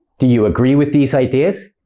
do you agree with these ideas?